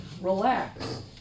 Relax